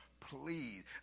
please